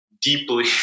deeply